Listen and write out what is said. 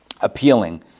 appealing